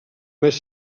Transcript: més